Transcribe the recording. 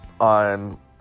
on